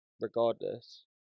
regardless